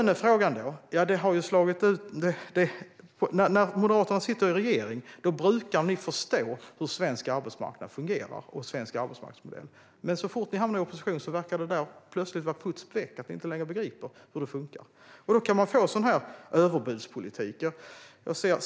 När det gäller lönefrågan brukar ni moderater när ni sitter i regering förstå hur svensk arbetsmarknad och svensk arbetsmarknadsmodell fungerar. Men så fort ni hamnar i opposition verkar det plötsligt vara puts väck och som att ni inte längre begriper hur det fungerar. Man kan då få en överbudspolitik.